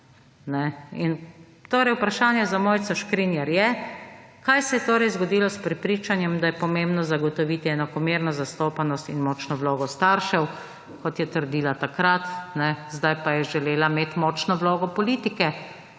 In torej vprašanje za Mojca Škrinjar je: kaj se je torej zgodilo s prepričanjem, da je potrebno zagotoviti enakomerno zastopanost in močno vlogo staršev, kot je trdila takrat. Zdaj pa je želela imeti močno vlogo politike.